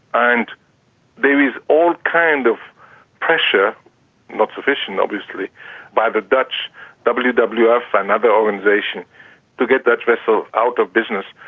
and there is all kind of pressure not sufficient obviously by the dutch wwf wwf and other organisations to get that vessel out of business,